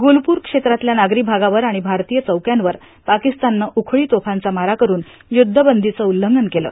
गुलपूर क्षेत्रातल्या नागरी भागावर आणि भारतीय चौक्यांवर पाकिस्ताननं उखळी तोफांचा मारा कठुन य्रद्धबंदीचं उल्लंघन केलं